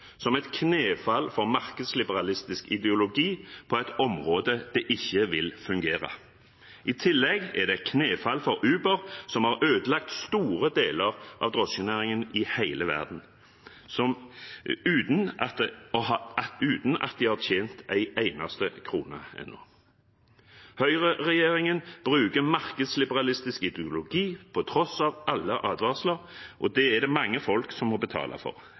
som et knefall for markedsliberalistisk ideologi på et område der det ikke vil fungere. I tillegg er det knefall for Uber, som har ødelagt store deler av drosjenæringen i hele verden, uten at de har tjent en eneste krone ennå. Høyreregjeringen bruker markedsliberalistisk ideologi på tross av alle advarsler, og det er det mange folk som må betale for,